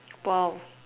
!wow!